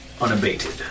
unabated